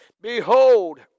Behold